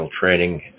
training